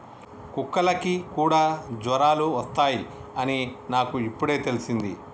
కుక్కలకి కూడా జ్వరాలు వస్తాయ్ అని నాకు ఇప్పుడే తెల్సింది